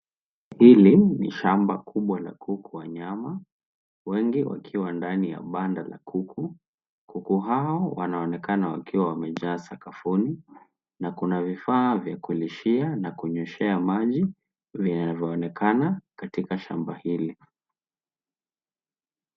Hili ni shamba kubwa la kuku wa nyama, wengi wakiwa ndani ya banda la kuku. Kuku hao wanaonekana wakiwa wamejaa sakafuni, na kuna vifaa vya kulishia na kunyweshea maji vinavyoonekana katika shamba hili.